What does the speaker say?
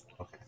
Okay